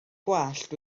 gwallt